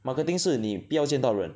marketing 是你不要见到人